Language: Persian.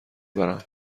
برم